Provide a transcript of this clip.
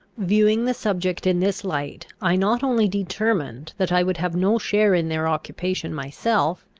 viewing the subject in this light, i not only determined that i would have no share in their occupation myself,